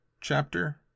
Chapter